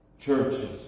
churches